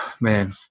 man